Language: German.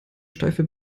steife